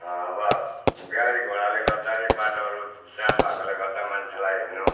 अब गाडी घोडाले गर्दाखेरि बाटोहरू जाम भएकोले गर्दा मान्छेलाई हिँड्नु